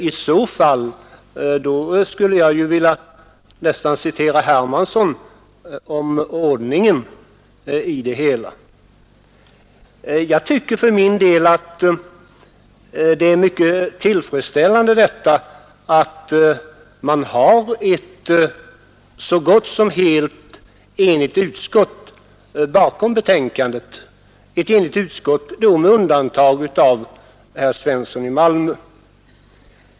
Om så skett, skulle jag nästan velat citera herr Hermanssons yttrande om ordningen. Jag tycker för min del att det är mycket tillfredsställande att det står ett så gott som helt enigt utskott bakom betänkandet — ett enigt utskott med undantag av herr Svensson i Malmö.